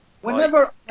Whenever